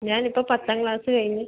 ഞാൻ ഇപ്പോൾ പത്താം ക്ലാസ്സ് കഴിഞ്ഞു